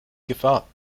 gefahr